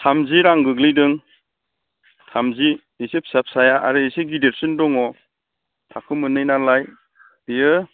थामजि रां गोग्लैदों थामजि एसे फिसा फिसाया आरो एसे गिदिरसिन दङ थाखो मोननै नालाय बियो